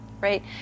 right